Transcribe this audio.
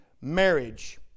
marriage